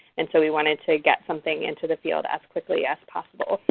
and so we wanted to get something into the field as quickly as possible.